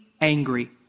angry